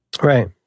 Right